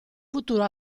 futuro